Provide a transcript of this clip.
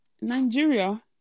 Nigeria